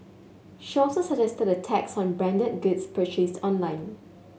she also suggested a tax on branded goods purchased online